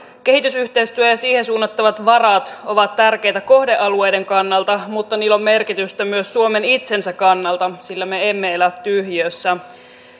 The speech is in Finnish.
kehitysyhteistyö ja ja siihen suunnattavat varat ovat tärkeitä kohdealueiden kannalta mutta niillä on merkitystä myös suomen itsensä kannalta sillä me emme elä tyhjiössä